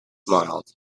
smiled